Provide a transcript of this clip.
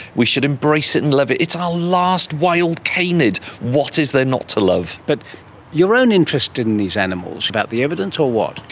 we should embrace it and love it. it's our last wild canid. what is there not to love? but your own interest in these animals, about the evidence or what?